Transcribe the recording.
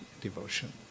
devotion